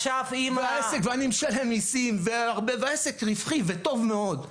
ואני משלם מסים והעסק רווחי וטוב מאוד.